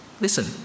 listen